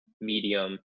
medium